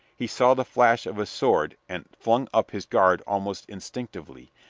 he saw the flash of a sword and flung up his guard almost instinctively,